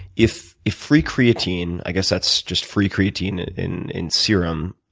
if if free creatine i guess that's just free creatine in in serum,